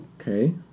Okay